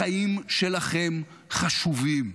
החיים שלכם חשובים.